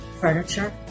furniture